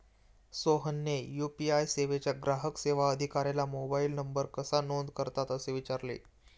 सोहनने यू.पी.आय सेवेच्या ग्राहक सेवा अधिकाऱ्याला मोबाइल नंबर कसा नोंद करतात असे विचारले